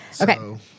Okay